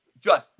judge